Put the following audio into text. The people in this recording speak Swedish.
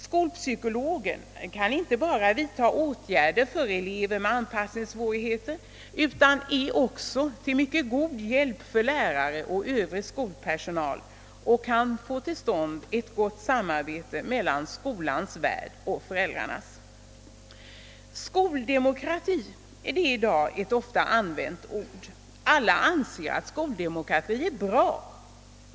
Skolpsykologen skall inte bara vidta åtgärder för elever med anpassningssvårigheter utan är också till god hjälp för lärare och övrig skolpersonal och kan få till stånd gott samarbete mellan skolans värld och föräldrarna. Skoldemokrati är ett i dag ofta använt ord. Alla anser att skoldemokrati är bra.